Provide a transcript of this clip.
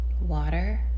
water